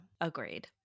agreed